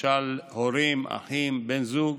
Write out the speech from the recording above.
למשל הורים, אחים ובן זוג,